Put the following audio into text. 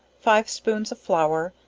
five spoons of flour,